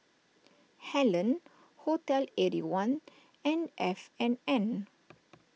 Helen Hotel Eighty One and F and N